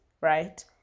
right